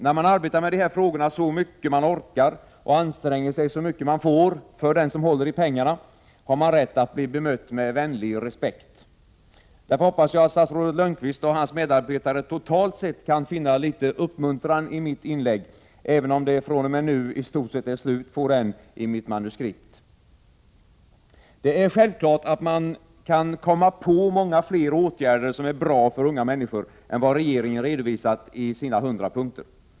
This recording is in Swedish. När man arbetar med de här frågorna så mycket man orkar och anstränger sig så mycket man får för den som håller i pengarna, har man rätt att bli bemött med vänlig respekt. Därför hoppas jag att statsrådet Lönnqvist och hans medarbetare totalt sett kan finna litet uppmuntran i mitt inlägg — även om det från och med nu i stort sett är slut på denna uppmuntran i mitt manuskript .... Det är självklart att man kan komma på många fler åtgärder som är bra för unga människor än vad regeringen redovisat i sina 100 punkter.